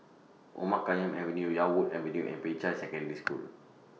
Omar Khayyam Avenue Yarwood Avenue and Peicai Secondary School